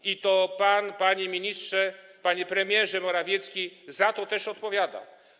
I to pan, panie ministrze, panie premierze Morawiecki, za to też odpowiada.